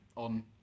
on